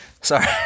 sorry